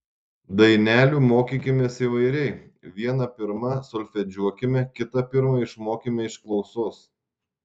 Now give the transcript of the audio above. dainelių mokykimės įvairiai vieną pirma solfedžiuokime kitą pirma išmokime iš klausos